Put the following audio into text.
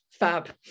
Fab